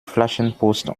flaschenpost